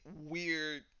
weird